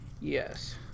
Yes